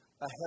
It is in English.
ahead